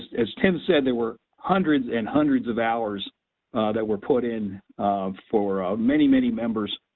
as tim said, there were hundreds and hundreds of hours that were put in for many many members.